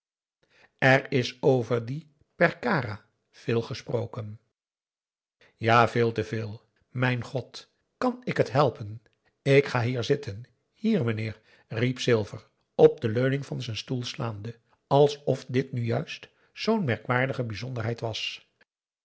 er is over die perkara veel gesproken ja veel te veel mijn god kan ik het helpen ik ga hier zitten hier meneer riep silver op de leuning van z'n stoel slaande alsof dit nu juist zoo'n merkwaardige bijzonderheid was